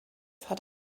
hat